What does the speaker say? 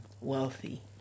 wealthy